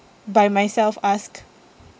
by myself ask